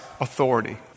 authority